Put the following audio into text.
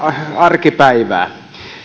arkipäivää esimerkiksi